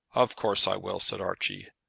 of course i will, said archie.